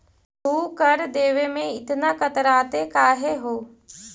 तू कर देवे में इतना कतराते काहे हु